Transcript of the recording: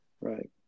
Right